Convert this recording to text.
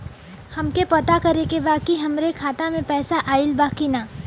हमके पता करे के बा कि हमरे खाता में पैसा ऑइल बा कि ना?